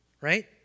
Right